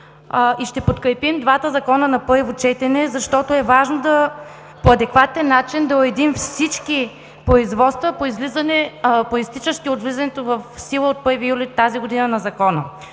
и ще подкрепим двата закона на първо четене, защото е важно по адекватен начин да уредим всички производства, произтичащи от влизането в сила от 1 юли тази година на Закона.